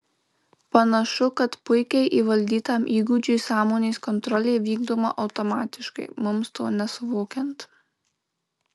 panašu kad puikiai įvaldytam įgūdžiui sąmonės kontrolė vykdoma automatiškai mums to nesuvokiant